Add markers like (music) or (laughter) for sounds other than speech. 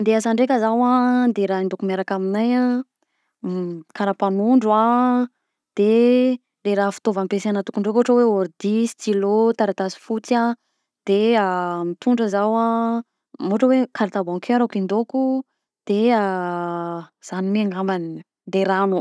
Raha andeha hiasa ndraika zaho a, raha hindaoko miaraka aminahy a: karapanondro a, de le raha fitaovam-piasana tokony ndreo ohatra hoe ordi, stylo, taratsy fotsy a de a mitondra zaho a ohatra hoe carte bancaire-ko hindaoko de (hesitation) zany mi angambany de rano.